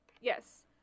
Yes